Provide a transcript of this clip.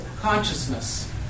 Consciousness